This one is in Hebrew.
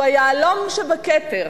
שהוא היהלום שבכתר